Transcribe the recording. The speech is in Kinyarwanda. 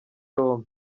roma